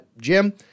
Jim